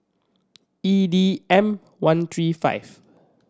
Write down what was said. E D M One three five